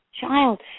child